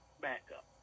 backup